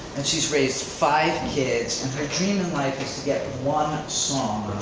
and she's raised five kids, and her dream in life is to get one song